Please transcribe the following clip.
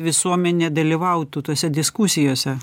visuomenė dalyvautų tose diskusijose